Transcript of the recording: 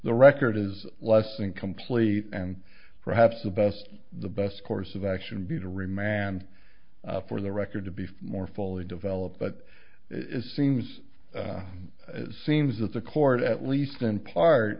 the record is less than complete and perhaps the best the best course of action would be to remand for the record to be more fully developed but it is seems seems that the court at least in part